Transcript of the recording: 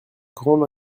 grande